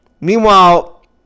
Meanwhile